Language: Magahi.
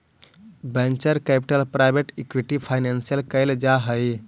venture capital private equity financing कैल जा हई